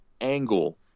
angle